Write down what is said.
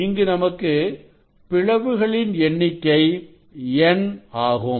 இங்கு நமக்கு பிளவுகளின் எண்ணிக்கை N ஆகும்